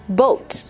boat